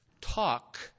Talk